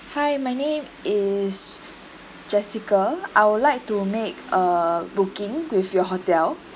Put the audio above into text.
hi my name is jessica I would like to make a booking with your hotel